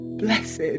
Blessed